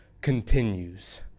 continues